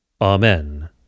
Amen